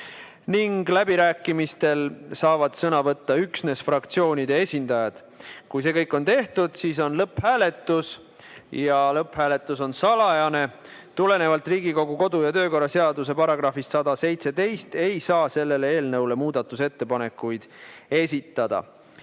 ning läbirääkimistel saavad sõna võtta üksnes fraktsioonide esindajad. Kui see kõik on tehtud, siis on lõpphääletus ja lõpphääletus on salajane. Tulenevalt Riigikogu kodu- ja töökorra seaduse §-st 117 ei saa selle eelnõu kohta muudatusettepanekuid esitada.